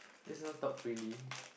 just not talk freely